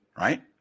Right